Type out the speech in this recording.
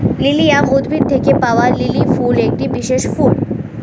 lilium উদ্ভিদ থেকে পাওয়া লিলি ফুল একটি বিশেষ ফুল